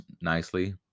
nicely